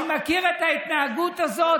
אני מכיר את ההתנהגות הזאת.